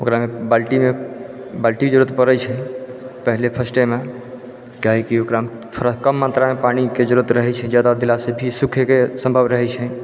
ओकरामे बाल्टीमे बाल्टीके जरूरत पड़ै छै पहिले फर्स्टेमे काहे की ओकरामे थोड़ा कम मात्रामे पानिके जरूरत रहै छै जादा देलासँ भी सूखैके सम्भव रहै छै